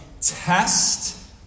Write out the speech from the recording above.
test